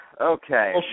Okay